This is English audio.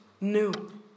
new